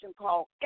call